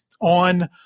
on